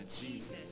Jesus